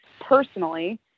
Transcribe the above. personally